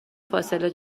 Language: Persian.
فاصله